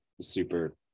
super